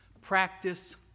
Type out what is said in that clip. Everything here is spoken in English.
Practice